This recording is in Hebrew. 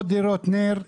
לא דירות נ"ר,